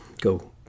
go